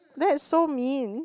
that's so mean